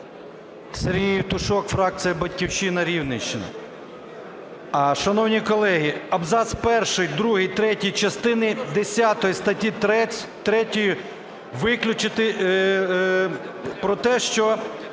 Сергій Євтушок, фракція "Батьківщина", Рівненщина. Шановні колеги, абзац перший, другий, третій частини десятої статті 3 виключити, про те, що